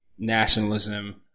nationalism